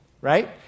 right